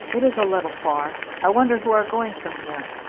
it is a little far. i wonder who are going from here?